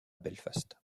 belfast